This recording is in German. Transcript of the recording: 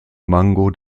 mango